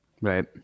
Right